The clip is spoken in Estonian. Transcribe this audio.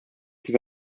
siis